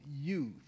youth